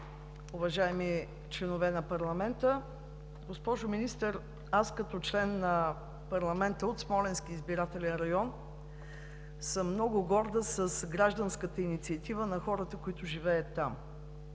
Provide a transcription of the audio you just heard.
уважаеми членове на парламента! Госпожо Министър, аз като член на парламента от Смолянския избирателен район съм много горда с гражданската инициатива на хората, които живеят там.